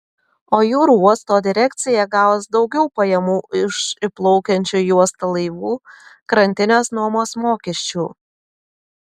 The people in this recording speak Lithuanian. o jūrų uosto direkcija gaus daugiau pajamų iš įplaukiančių į uostą laivų krantinės nuomos mokesčių